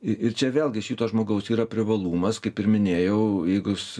i ir čia vėlgi šito žmogaus yra privalumas kaip ir minėjau jeigu jis